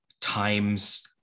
times